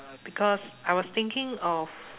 because I was thinking of